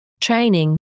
training